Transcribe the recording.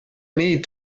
need